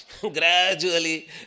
gradually